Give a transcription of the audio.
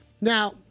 Now